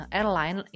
airline